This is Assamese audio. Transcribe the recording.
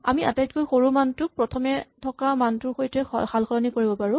আমি আটাইতকৈ সৰু মানটোক প্ৰথমে থকা মানটোৰ সৈতে সালসলনি কৰিব পাৰো